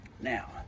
now